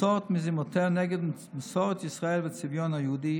נעצור את מזימותיה נגד מסורת ישראל והצביון היהודי,